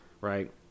Right